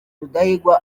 rudahigwa